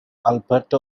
alberto